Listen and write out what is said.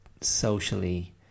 socially